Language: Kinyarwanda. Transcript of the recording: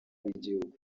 w’igihugu